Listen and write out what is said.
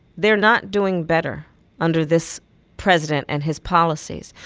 they're not doing better under this president and his policies.